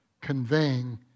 conveying